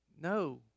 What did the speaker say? No